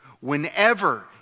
whenever